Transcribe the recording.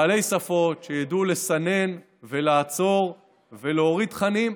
בעלי שפות שידעו לסנן ולעצור ולהוריד תכנים,